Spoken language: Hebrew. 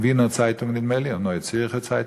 וינֶר צייטונג, נדמה לי, או נויה ציריכר צייטונג,